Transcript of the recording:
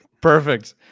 Perfect